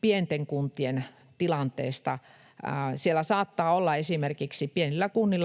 pienten kuntien tilanteesta. Siellä pienillä kunnilla saattaa olla esimerkiksi